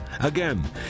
Again